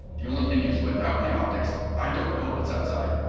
the only thing is, without my optics i don't know what's outside.